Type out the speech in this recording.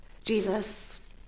Jesus